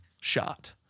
shot